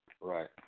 Right